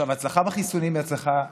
ההצלחה בחיסונים היא הצלחה כבירה,